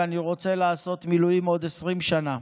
ואני רוצה לעשות מילואים עוד 20 שנה.